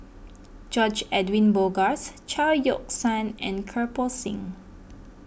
George Edwin Bogaars Chao Yoke San and Kirpal Singh